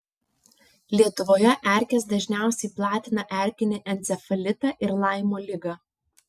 lietuvoje erkės dažniausiai platina erkinį encefalitą ir laimo ligą